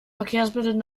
verkehrsmitteln